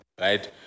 right